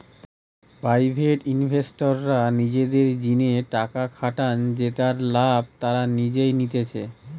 private ইনভেস্টররা নিজেদের জিনে টাকা খাটান জেতার লাভ তারা নিজেই নিতেছে